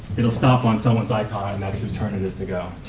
it will stop on someones icon and that's whose turn it is to go.